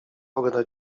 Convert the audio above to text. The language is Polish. pogoda